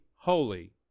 holy